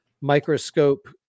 microscope